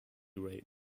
rate